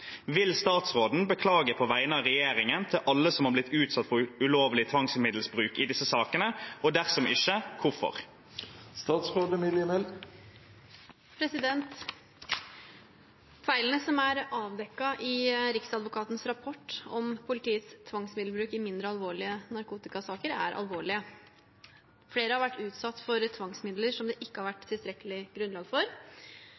Vil statsråden beklage på vegne av regjeringen til alle som er blitt utsatt for ulovlig tvangsmiddelbruk i disse sakene, og dersom ikke – hvorfor?» Feilene som er avdekket i Riksadvokatens rapport om politiets tvangsmiddelbruk i mindre alvorlige narkotikasaker, er alvorlige. Flere har vært utsatt for tvangsmidler som det ikke har